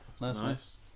Nice